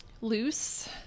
loose